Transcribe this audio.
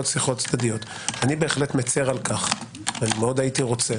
שיחות צדדיות - אני מצר על כך והייתי רצה